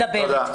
תודה.